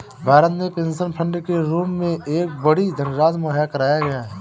भारत में pension fund के रूप में एक बड़ी धनराशि मुहैया कराया गया है